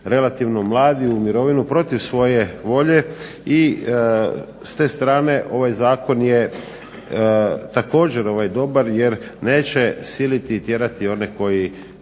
relativno mladi u mirovinu protiv svoje volje. I s te strane ovaj Zakon je također dobar jer neće siliti i tjerati one koji